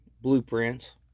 blueprints